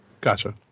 gotcha